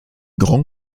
grand